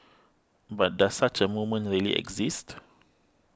but does such a moment really exist